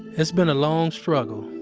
it's been a long struggle,